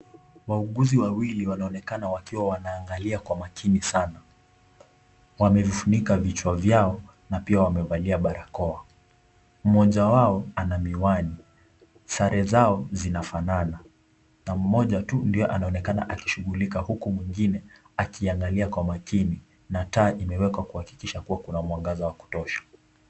Wauguzi wawili wanaonekana wakiangalia kwa makini sana. Wamefunika vichwa vyao na pia wamevalia barakoa. Mmoja wao ana miwani. Sare zao zinafanana. Na mmoja tu ndiye anaonekana akishughulika na huyu mwingine akiangalia kwa makini. Na taa imewekwa kuhakikisha kuna mwangaza wa kutosha.